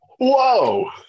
whoa